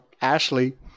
Ashley